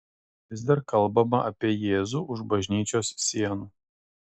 vis dar kalbama apie jėzų už bažnyčios sienų